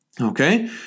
Okay